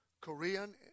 Korean